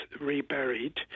reburied